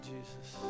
Jesus